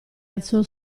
alzò